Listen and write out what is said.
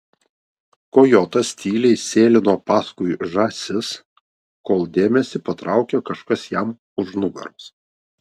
kojotas tyliai sėlino paskui žąsis kol dėmesį patraukė kažkas jam už nugaros